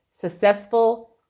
successful